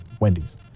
Wendy's